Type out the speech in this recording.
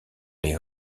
les